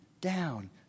down